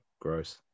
gross